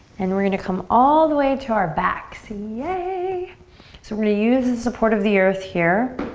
and we're gonna come all the way to our backs. yay! so we're gonna use the support of the earth here.